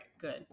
good